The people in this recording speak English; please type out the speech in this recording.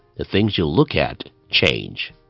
the things you look at change.